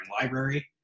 Library